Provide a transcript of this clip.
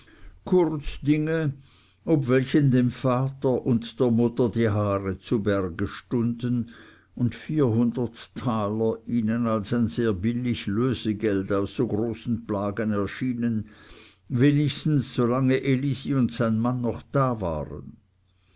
kurz dinge ob welchen dem vater und der mutter die haare zu berge stunden und vierhundert taler ihnen als ein sehr billig lösegeld aus so großen plagen erschienen wenigstens solange elisi und sein mann noch da waren